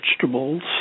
vegetables